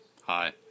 Hi